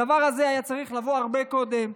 הדבר הזה היה צריך לבוא הרבה קודם.